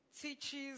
teaches